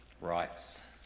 rights